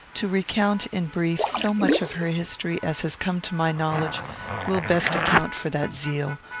to recount, in brief, so much of her history as has come to my knowledge will best account for that zeal,